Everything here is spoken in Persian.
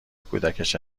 کودکش